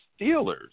Steelers